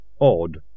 Odd